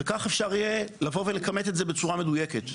וכך אפשר יהיה לכמת את זה בצורה מדויקת.